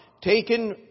taken